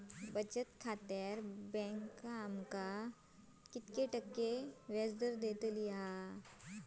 बचत खात्यार बँक आमका किती टक्के व्याजदर देतली?